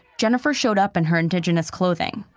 jennifer showed up in her indigenous clothing,